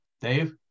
Dave